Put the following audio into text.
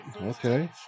Okay